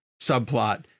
subplot